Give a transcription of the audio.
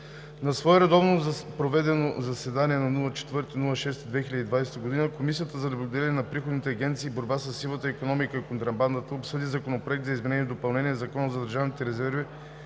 На свое редовно заседание, проведено на 4 юни 2020 г., Комисията за наблюдение на приходните агенции и борба със сивата икономика и контрабандата обсъди Законопроект за изменение и допълнение на Закона за държавните резерви